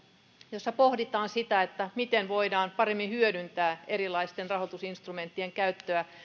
jossa pohditaan sitä miten voidaan paremmin hyödyntää erilaisten rahoitusinstrumenttien käyttöä